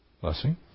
blessing